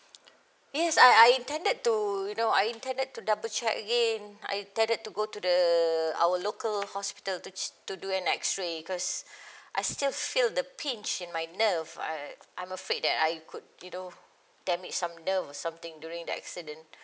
yes I I intended to you know I intended to double check again I intended to go to the our local hospital to ch~ to do an X ray because I still feel the pinch in my nerve I I'm afraid that I could you know damage some nerve or something during the accident